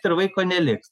ir vaiko neliks